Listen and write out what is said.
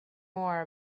more